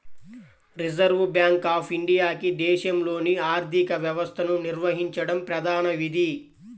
reserve Bank of ఇండియాకి దేశంలోని ఆర్థిక వ్యవస్థను నిర్వహించడం ప్రధాన విధి